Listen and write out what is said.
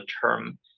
term